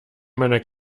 meiner